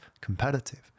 competitive